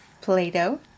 Play-doh